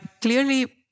clearly